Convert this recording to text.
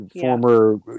former